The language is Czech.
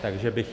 Takže bych